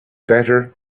better